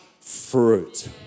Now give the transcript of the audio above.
fruit